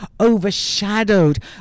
overshadowed